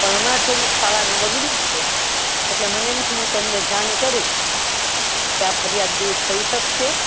પણ હમણાં થોડુંક ખાવાનું બગડ્યું છે એટલે મને એમ થયું હું તમને જાણ કરું કે આ ફરિયાદ દૂર થઈ શકશે